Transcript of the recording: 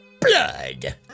BLOOD